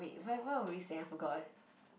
wait where where were we saying I forgot